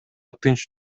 тынч